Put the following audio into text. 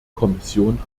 kommission